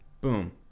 Boom